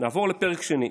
נעבור לפרק שני.